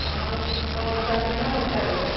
ତମର ତମର ଚାରି ଜଣ ଆମର ଚାରି ଜଣ